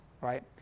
right